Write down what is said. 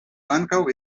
ankaŭ